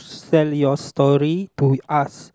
sell your story to us